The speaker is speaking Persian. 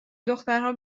دخترها